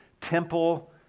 temple